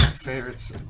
Favorites